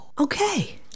Okay